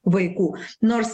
vaikų nors